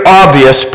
obvious